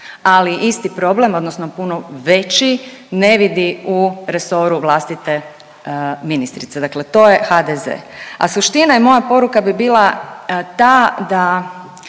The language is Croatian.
ali isti problem, odnosno puno veći ne vidi u resoru vlastite ministrice, dakle to je HDZ. A suština i moja poruka bi bila ta da,